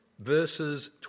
verses